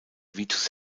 vitus